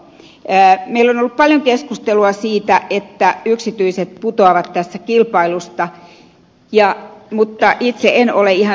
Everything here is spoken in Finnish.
meillä on ollut paljon keskustelua siitä että yksityiset putoavat tässä kilpailusta mutta itse en ole ihan sitä mieltä